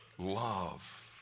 Love